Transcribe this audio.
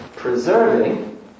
preserving